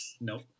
Nope